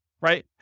right